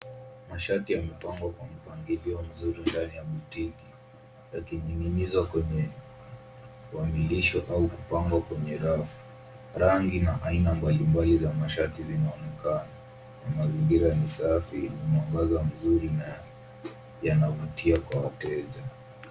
Mashati yamepangwa kwa mpangilio mzuri ndani ya botiki, yakining'inizwa kwenye uamilisho au kupangwa kwenye rafu. Rangi na aina mbalimbali za mashati zinaonekana. Mazingira ni safi, mwangaza mzuri na yanavutia kwa wateja.